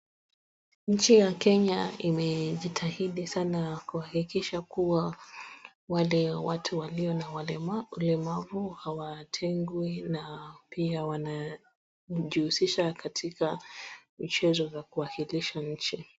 Nchi ya Kenya imejitahidi sana kuhakikisha kuwa wale watu walio na ulemavu hawatengwi na pia wanajihusisha katika michezo za kuwakilisha nchi.